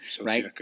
Right